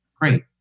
great